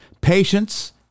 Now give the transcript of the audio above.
Patience